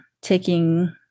taking